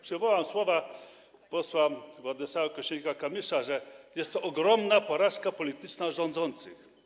Przywołam słowa posła Władysława Kosiniaka-Kamysza, że jest to ogromna porażka polityczna rządzących.